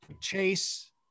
Chase